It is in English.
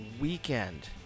weekend